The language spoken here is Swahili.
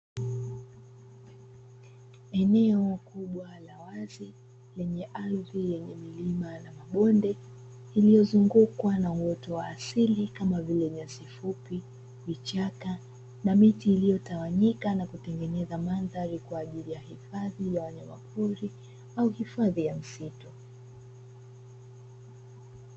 Eneo kubwa la wazi lenye ardhi yenye milima na mabonde lililozungukwa na uoto wa asili kama vile; nyasi fupi, vichaka na miti iliyotawanyika kutengeneza mandhari kwa ajili ya hifadhi ya wanyama pori au hifadhi ya misitu.